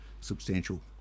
substantial